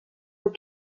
eaux